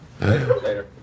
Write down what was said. Later